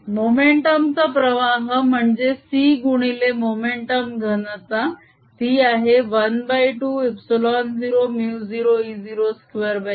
Momentum density।S।c2 ।S।c2MLT 1L3 momentum चा प्रवाह म्हणजे c गुणिले मोमेंटम घनता ती आहे ½ ε0μ0e02c